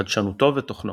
חדשנותו ותוכנו